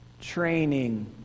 training